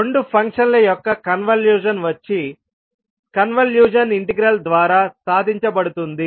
రెండు ఫంక్షన్ ల యొక్క కన్వల్యూషన్ వచ్చి కన్వల్యూషన్ ఇంటిగ్రల్ ద్వారా సాధించబడుతుంది